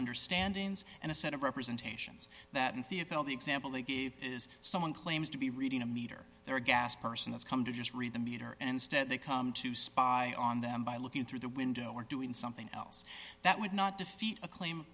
understandings and a set of representations that in thehotel the example they gave is someone claims to be reading a meter or gas person that's come to just read the meter and instead they come to spy on them by looking through the window or doing something else that would not defeat a claim